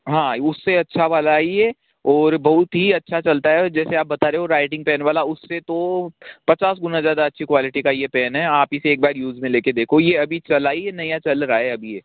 हाँ उस से अच्छा वाला है ये और बहुत ही अच्छा चलता है जैसे आप बता रहे हो राइटिंग पेन वाला उस से तो पचास गुना ज़्यादा अच्छी क्वालिटी का ये पेन है आप इसे एक बार यूज़ में लेके देखो ये अभी चला ही नया चल रहा है अभी ये